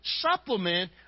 supplement